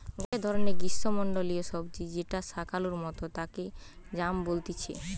গটে ধরণের গ্রীষ্মমন্ডলীয় সবজি যেটা শাকালুর মতো তাকে য়াম বলতিছে